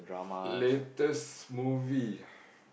latest movie